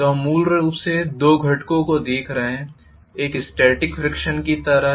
तो हम मूल रूप से दो घटकों को देख रहे हैं एक स्टॅटिक फ्रीक्षण की तरह है